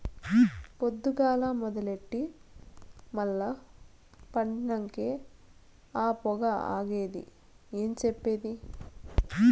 పొద్దుగాల మొదలెట్టి మల్ల పండినంకే ఆ పొగ ఆగేది ఏం చెప్పేది